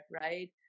right